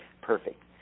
Perfect